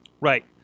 Right